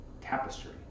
tapestry